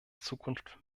zukunft